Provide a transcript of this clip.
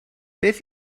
beth